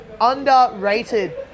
underrated